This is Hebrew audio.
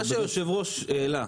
מה שהיושב-ראש העלה,